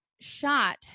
shot